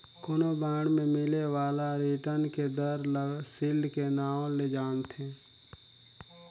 कोनो बांड मे मिले बाला रिटर्न के दर ल सील्ड के नांव ले जानथें